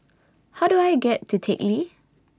How Do I get to Teck Lee